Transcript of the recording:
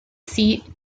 seat